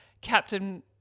Captain